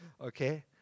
Okay